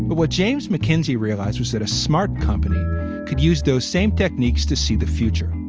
but what james mckinsey realized was that a smart company could use those same techniques to see the future.